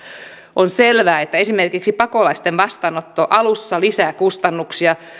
on selvää että esimerkiksi pakolaisten vastaanotto alussa lisää kustannuksia